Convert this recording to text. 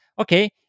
Okay